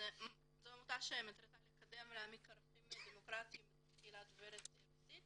זאת עמותה שמטרתה לקדם ולהעמיק דמוקרטיים בתוך הקהילה הדוברת רוסית